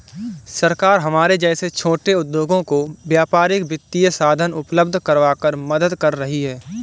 सरकार हमारे जैसे छोटे उद्योगों को व्यापारिक वित्तीय साधन उपल्ब्ध करवाकर मदद कर रही है